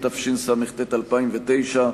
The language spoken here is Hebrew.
התשס"ט 2009,